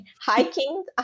hiking